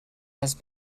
has